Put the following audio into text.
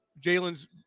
Jalen's